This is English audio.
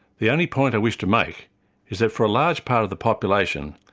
the only point i wish to make is that for a large part of the population,